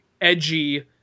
edgy